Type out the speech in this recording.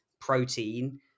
protein